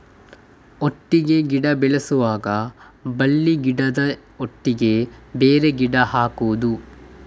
ಒಟ್ಟಿಗೆ ಗಿಡ ಬೆಳೆಸುವಾಗ ಬಳ್ಳಿ ಗಿಡದ ಒಟ್ಟಿಗೆ ಬೇರೆ ಗಿಡ ಹಾಕುದ?